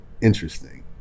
interesting